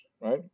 right